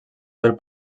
del